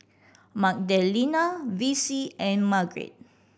Magdalena Vicie and Margret